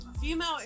female